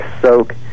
soak